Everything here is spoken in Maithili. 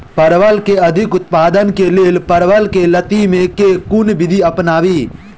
परवल केँ अधिक उत्पादन केँ लेल परवल केँ लती मे केँ कुन विधि अपनाबी?